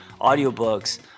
audiobooks